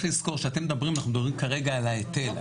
צריך לזכור שאנחנו מדברים כרגע על ההיטל.